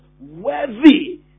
worthy